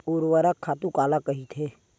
ऊर्वरक खातु काला कहिथे?